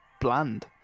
bland